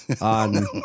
on